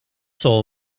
soul